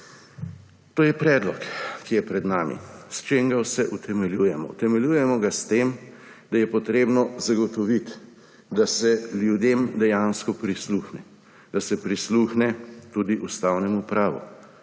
To je predlog, ki je pred nami. S čim vse ga utemeljujemo? Utemeljujemo ga s tem, da je treba zagotoviti, da se ljudem dejansko prisluhne. Da se prisluhe tudi ustavnemu pravu.